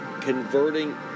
converting